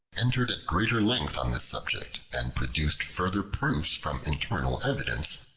entered at greater length on this subject, and produced further proofs from internal evidence,